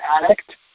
addict